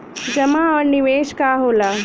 जमा और निवेश का होला?